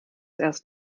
erst